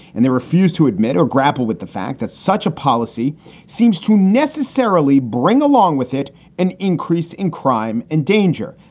and they refuse to admit or grapple with the fact that such a policy seems to necessarily bring along with it an increase in crime and danger.